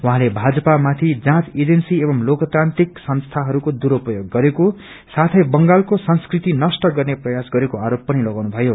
उहाँले भाजपा माथि जाँच एजेन्सी एवं लोकतान्त्रिक संसीहरूको दुरूप्योग गरेको साथै बंगालको संस्कृति नष्ट गर्ने प्रयास गरेको आरोप पनि लगाउनुभयो